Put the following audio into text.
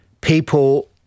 people